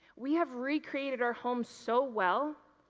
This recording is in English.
we have recreated our home so well